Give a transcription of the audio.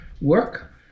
work